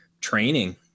training